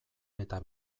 eta